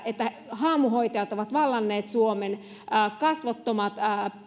haamuhoitajat ovat vallanneet suomen kasvottomat